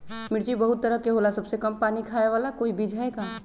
मिर्ची बहुत तरह के होला सबसे कम पानी खाए वाला कोई बीज है का?